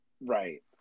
Right